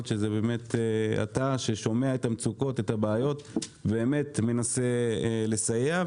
שזה אתה ששומע את המצוקות והבעיות ומנסה לסייע.